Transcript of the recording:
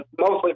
mostly